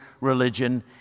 religion